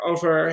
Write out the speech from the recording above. Over